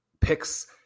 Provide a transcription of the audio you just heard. picks